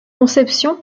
conception